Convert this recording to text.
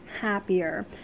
happier